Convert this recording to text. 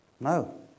No